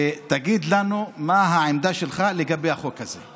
ותגיד לנו מה העמדה שלך לגבי החוק הזה.